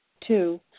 Two